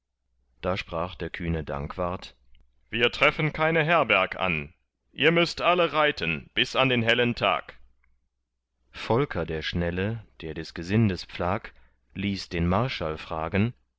da sprach der kühne dankwart wir treffen keine herberg an ihr müßt alle reiten bis an den hellen tag volker der schnelle der des gesindes pflag ließ den marschall fragen